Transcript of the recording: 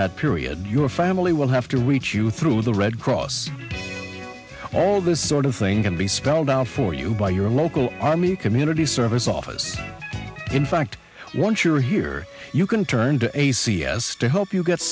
that period your family will have to reach you through the red cross all this sort of thing can be spelled out for you by your local army community service office in fact once you're here you can turn to a c s to help you get